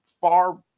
far